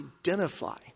identify